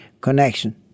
connection